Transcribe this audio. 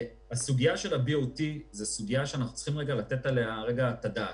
הסוגיה של ה-BOT זו סוגיה שאנחנו צריכים לתת עליה את הדעת.